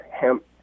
hemp